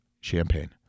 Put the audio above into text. champagne